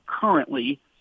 currently